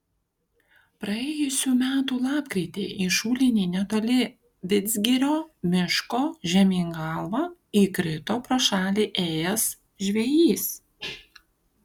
praėjusių metų lapkritį į šulinį netoli vidzgirio miško žemyn galva įkrito pro šalį ėjęs žvejys